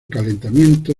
calentamiento